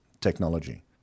technology